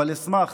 אבל אשמח